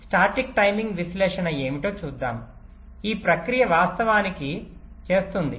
static timing విశ్లేషణ ఏమిటో చూద్దాం ఈ ప్రక్రియ వాస్తవానికి చేస్తుంది